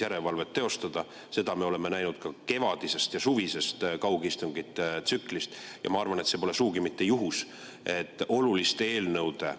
järelevalvet teostada. Seda me oleme näinud ka kevadisest ja suvisest kaugistungite tsüklist. Ma arvan, et pole sugugi mitte juhus, et oluliste eelnõude